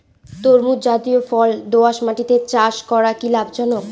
তরমুজ জাতিয় ফল দোঁয়াশ মাটিতে চাষ করা কি লাভজনক?